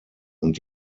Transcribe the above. und